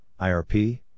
IRP